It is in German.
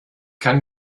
kann